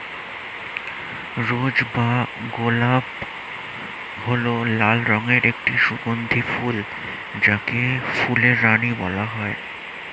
রোজ বা গোলাপ হল লাল রঙের একটি সুগন্ধি ফুল যাকে ফুলের রানী বলা হয়